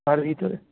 তার ভিতরে